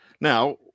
Now